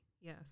Yes